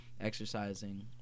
Exercising